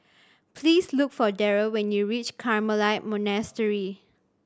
please look for Daryl when you reach Carmelite Monastery